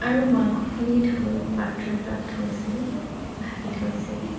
আৰু মংসখিনি ধুই পাত্ৰ এটাত থৈছিল ঢাকি থৈছিল